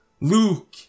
Luke